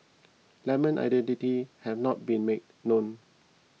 lemon identity has not been made known